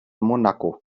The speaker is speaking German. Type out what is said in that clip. monaco